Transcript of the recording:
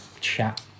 chat